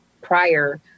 prior